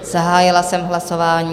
Zahájila jsem hlasování.